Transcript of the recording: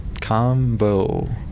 Combo